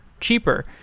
cheaper